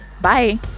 Bye